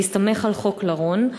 בהסתמך על חוק לרון,